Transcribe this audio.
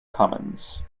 commons